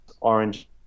orange